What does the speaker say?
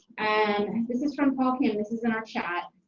and this is from paul ken, and this is in our chat.